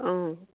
অঁ